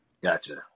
Gotcha